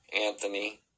Anthony